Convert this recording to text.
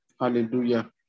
Hallelujah